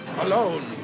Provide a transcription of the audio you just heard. alone